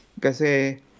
Kasi